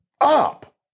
up